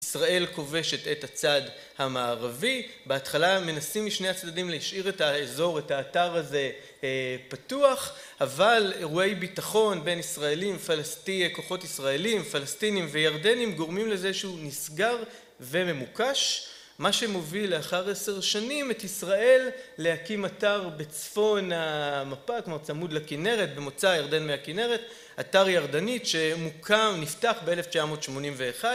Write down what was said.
ישראל כובשת את הצד המערבי, בהתחלה מנסים משני הצדדים להשאיר את האזור, את האתר הזה פתוח, אבל אירועי ביטחון בין ישראלים, פלסטיני, כוחות ישראלים, פלסטינים וירדנים, גורמים לזה שהוא נסגר וממוקש, מה שמוביל לאחר עשר שנים את ישראל להקים אתר בצפון המפה, כמו צמוד לכינרת, במוצא ירדן מהכינרת, אתר ירדנית, שמוקם, נפתח ב-1981,